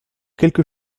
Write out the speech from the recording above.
quelque